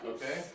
Okay